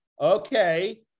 Okay